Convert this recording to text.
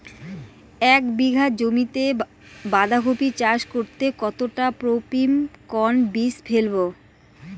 এক বিঘা জমিতে বাধাকপি চাষ করতে কতটা পপ্রীমকন বীজ ফেলবো?